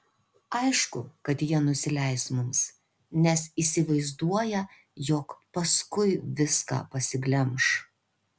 aišku kad jie nusileis mums nes įsivaizduoja jog paskui viską pasiglemš